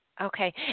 Okay